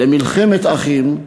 למלחמת אחים,